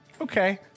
Okay